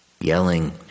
yelling